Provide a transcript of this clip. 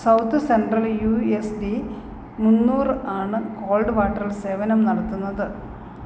south Central U S D മുന്നൂർ ആണ് cold water സേവനം നടത്തുന്നത്